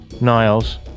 Niles